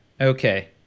okay